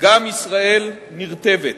גם ישראל נרטבת.